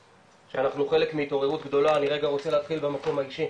שאנחנו חלק מהתעוררות גדולה אני רגע רוצה להתחיל במקום הרגשי,